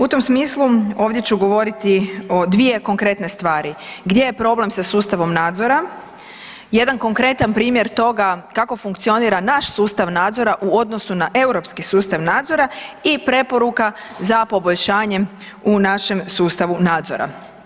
U tom smislu ovdje ću govoriti o dvije konkretne stvari gdje je problem sa sustavom nadzora, jedan konkretan primjer toga kako funkcionira naš sustav nadzora u odnosu na europski sustav nadzora i preporuka za poboljšanjem u našem sustavu nadzora.